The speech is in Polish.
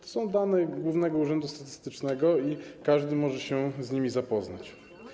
To są dane Głównego Urzędu Statystycznego i każdy może się z nimi zapoznać.